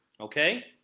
okay